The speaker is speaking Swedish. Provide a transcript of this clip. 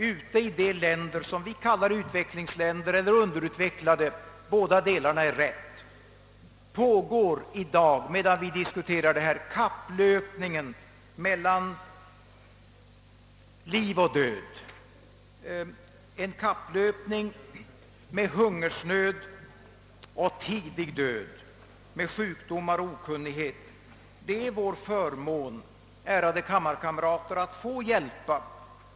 Ute i de länder som vi kallar utvecklingsländer eller underutvecklade länder — båda delarna är rätt — pågår i dag, medan vi diskuterar, kapplöp ningen med hungersnöd och tidig död, sjukdomar och okunnighet. Det är vår förmån, ärade kammarkamrater, att få hjälpa.